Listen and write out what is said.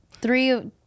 Three